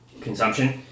consumption